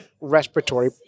respiratory